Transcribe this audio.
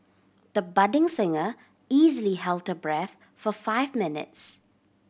the budding singer easily held her breath for five minutes